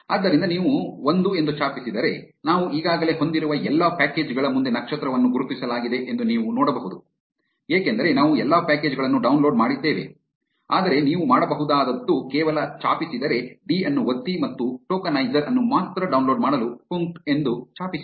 ಆದ್ದರಿಂದ ನೀವು ಒಂದು ಎಂದು ಛಾಪಿಸಿದರೆ ನಾವು ಈಗಾಗಲೇ ಹೊಂದಿರುವ ಎಲ್ಲಾ ಪ್ಯಾಕೇಜ್ ಗಳ ಮುಂದೆ ನಕ್ಷತ್ರವನ್ನು ಗುರುತಿಸಲಾಗಿದೆ ಎಂದು ನೀವು ನೋಡಬಹುದು ಏಕೆಂದರೆ ನಾವು ಎಲ್ಲಾ ಪ್ಯಾಕೇಜ್ ಗಳನ್ನು ಡೌನ್ಲೋಡ್ ಮಾಡಿದ್ದೇವೆ ಆದರೆ ನೀವು ಮಾಡಬಹುದಾದದ್ದು ಕೇವಲ ಛಾಪಿಸಿದರೆ ಅನ್ನು ಒತ್ತಿ ಮತ್ತು ಟೋಕನೈಜರ್ ಅನ್ನು ಮಾತ್ರ ಡೌನ್ಲೋಡ್ ಮಾಡಲು ಪುಂಕ್ಟ್ ಎಂದು ಛಾಪಿಸಿ